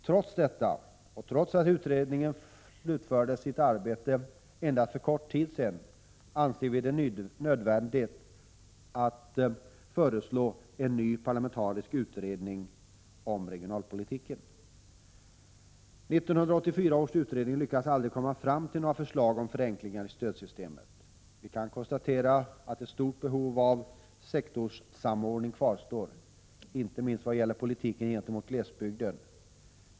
Trots detta, och trots att utredningen slutförde sitt arbete endast för en kort tid sedan, anser vi det nödvändigt att föreslå en ny parlamentarisk utredning om regionalpolitiken. 1984 års utredning lyckades aldrig komma fram till några förslag om förenklingar i stödsystemet. Vi kan också konstatera att ett stort behov av sektorssamordning kvarstår, icke minst vad gäller politiken gentemot glesbygden.